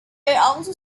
also